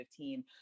2015